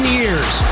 years